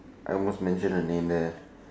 I almost mention the name there